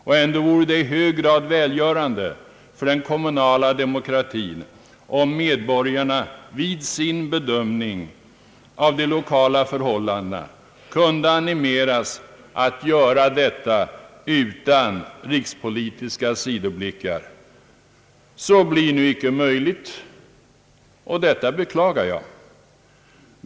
Och ändå vore det i hög grad välgörande för den kommunala demokratin, om medborgarna vid sin bedömning av de lokala förhållandena kunde animeras att göra denna utan rikspolitiska sidoblickar. Så blir nu icke möjligt, och detta beklagar jag.